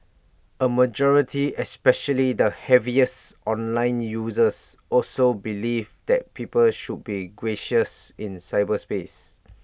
A majority especially the heaviest online users also believed that people should be gracious in cyberspace